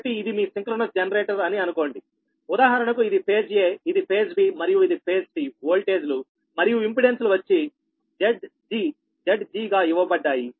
కాబట్టి ఇది మీ సింక్రోనస్ జనరేటర్ అని అనుకోండి ఉదాహరణకు ఇది ఫేజ్ aఇది ఫేజ్ b మరియు ఇది ఫేజ్ c ఓల్టేజ్ లు మరియు ఇంపెడెన్స్ లు వచ్చి Zg Zg గా ఇవ్వబడ్డాయి